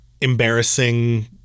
embarrassing